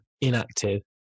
inactive